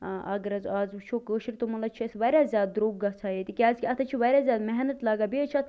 ٲں اگر حظ آز وُچھو کٲشُر توٚمُل حظ چھُ اسہِ وارِیاہ زیادٕ دروٚگ گَژھان ییٚتہِ کیٛازِکہِ اَتھ حظ چھِ وارِیاہ زیادٕ محنت لگان بیٚیہِ حظ چھُ اَتھ